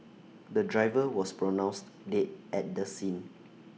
the driver was pronounced dead at the scene